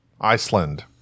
Iceland